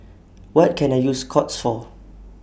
What Can I use Scott's For